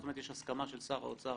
זאת אומרת: יש הסכמה של שר האוצר